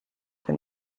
been